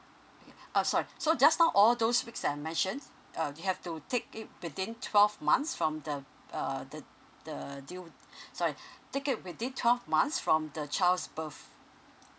okay oh sorry so just now all those weeks I mentioned uh you have to take it within twelve months from the uh the the due sorry take it within twelve months from the child's birth